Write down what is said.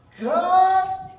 God